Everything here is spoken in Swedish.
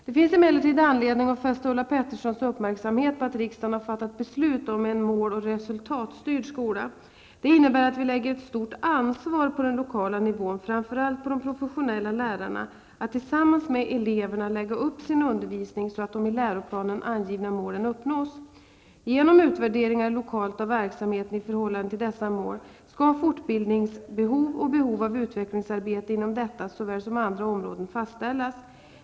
Det finns emellertid anledning att fästa Ulla Petterssons uppmärksamhet på att riksdagen har fattat beslut om en mål och resultatstyrd skola. Detta innebär att vi lägger ett stort ansvar på den lokala nivån, framför allt på de professionella lärarna, att tillsammans med eleverna lägga upp sin undervisning så, att de i läroplanen angivna målen uppnås. Genom utvärderingar lokalt av verksamheten i förhållande till dessa mål skall fortbildningsbehov och behov av utvecklingsarbete inom såväl detta som andra områden fastställas.